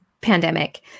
pandemic